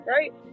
Right